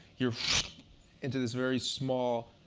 you're into this very small,